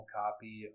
copy